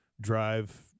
drive